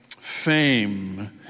Fame